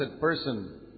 person